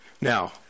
now